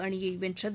அணியை வென்றது